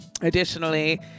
Additionally